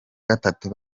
gatatu